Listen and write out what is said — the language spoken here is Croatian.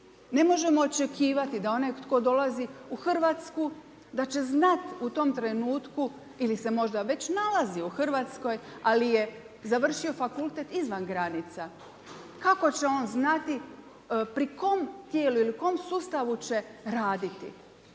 Ne možemo očekivati da onaj tko dolazi u Hrvatsku da će znati u tom trenutku ili se možda već nalazi u RH, ali je završio fakultet izvan granica. Kako će on znati pri kom tijelu ili kom sustavu će raditi.